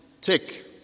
Tick